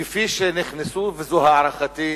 כפי שנכנסו, וזאת הערכתי,